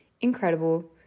incredible